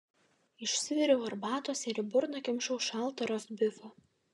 išsiviriau arbatos ir į burną kimšau šaltą rostbifą